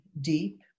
deep